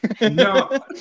No